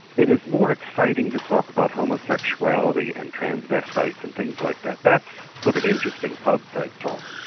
it is more exciting to talk about homosexuality and transvestites and things like that. that's sort of interesting pub type talk.